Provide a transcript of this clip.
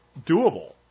doable